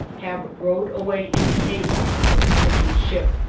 have rowed away in haste from a sinking ship,